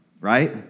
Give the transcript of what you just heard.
right